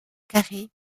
carré